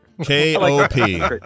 K-O-P